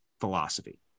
philosophy